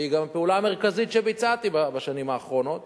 והיא גם פעולה מרכזית שביצעתי בשנים האחרונות